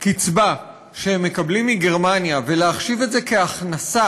קצבה שהם מקבלים מגרמניה ולהחשיב את זה כהכנסה